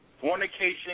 fornication